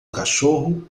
cachorro